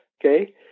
Okay